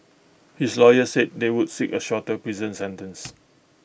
his lawyer said they would seek A shorter prison sentence